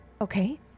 Okay